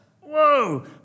Whoa